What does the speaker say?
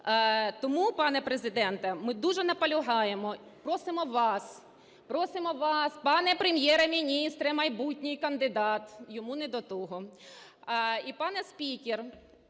Тому, пане Президенте, ми дуже наполягаємо, просимо вас, просимо вас, пане Прем'єр-міністре, майбутній кандидат, йому не до того. І, пане спікер,